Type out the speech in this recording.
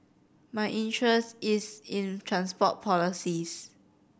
my interest is in transport policies